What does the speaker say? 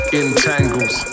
entangles